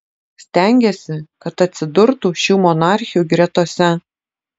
stengėsi kad atsidurtų šių monarchių gretose